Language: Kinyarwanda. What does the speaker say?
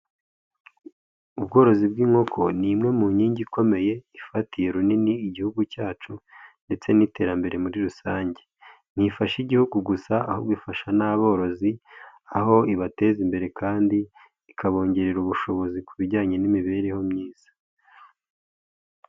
Ubworozi bw'inkoko ni imwe mu nkingi ikomeye ifatiye runini igihugu cyacu ndetse n'iterambere muri rusange. Ntifasha igihugu gusa ahubwo bifasha n'aborozi aho ibateza imbere kandi ikabongerera ubushobozi ku bijyanye n'imibereho myiza.